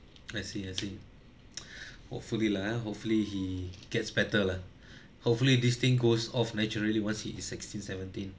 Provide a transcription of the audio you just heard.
I see I see hopefully lah hopefully he gets better lah hopefully this thing goes off naturally once he is sixteen seventeen